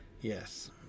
Yes